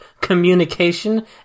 communication